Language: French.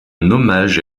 hommage